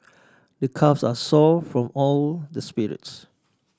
my calves are sore from all the sprints